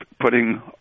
putting